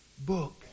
Book